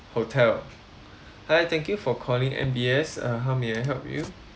hotel hi thank you for calling M_B_S uh how may I help you